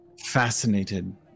Fascinated